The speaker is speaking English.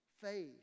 faith